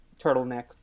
turtleneck